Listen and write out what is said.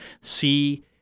see